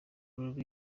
rubi